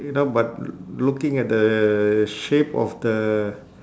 you know but l~ looking at the shape of the